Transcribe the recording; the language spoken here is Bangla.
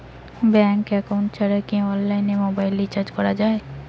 ব্যাংক একাউন্ট ছাড়া কি অনলাইনে মোবাইল রিচার্জ করা যায়?